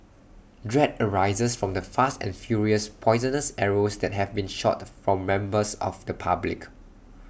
dread arises from the fast and furious poisonous arrows that have been shot from members of the public